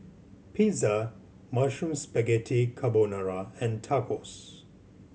Pizza Mushroom Spaghetti Carbonara and Tacos